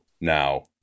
now